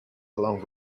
along